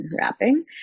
wrapping